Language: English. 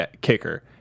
kicker